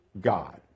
God